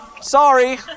sorry